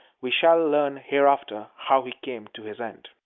we shall learn hereafter how he came to his end.